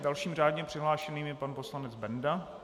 Dalším řádně přihlášeným je pan poslanec Benda.